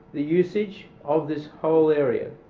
the usage of this whole area.